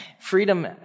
Freedom